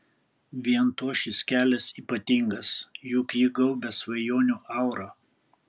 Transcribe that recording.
vien tuo šis kelias ypatingas juk jį gaubia svajonių aura